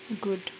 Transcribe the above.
good